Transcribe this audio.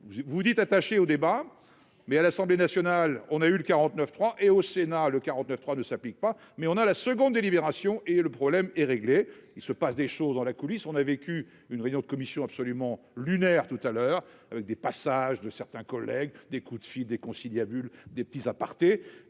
vous vous dites attachée au débat, mais à l'Assemblée nationale, on a eu le 49 3 et au Sénat le 49 3 ne s'applique pas, mais on a la seconde délibération et le problème est réglé, il se passe des choses dans la coulisse, on a vécu une réunion de commission absolument lunaire tout à l'heure des passages de certains collègues, des coups de fil des conciliabules, des petits apartés